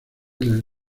del